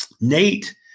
Nate